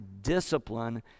discipline